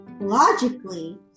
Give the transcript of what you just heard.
logically